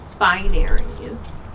binaries